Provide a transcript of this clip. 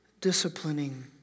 disciplining